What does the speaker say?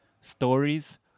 stories